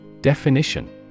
Definition